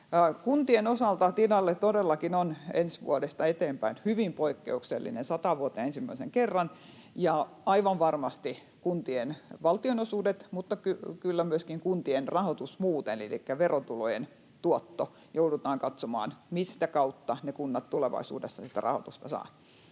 Kuntien osalta tilanne todellakin on ensi vuodesta eteenpäin hyvin poikkeuksellinen ensimmäisen kerran sataan vuoteen, ja aivan varmasti kuntien valtionosuudet mutta kyllä myöskin kuntien rahoitus muuten, elikkä verotulojen tuotto, joudutaan katsomaan, mistä kautta ne kunnat tulevaisuudessa sitä rahoitusta saavat.